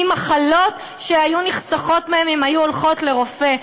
ממחלות שהיו נחסכות מהן אם היו הולכות לרופא.